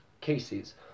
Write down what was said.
cases